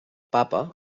papa